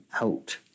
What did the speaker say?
out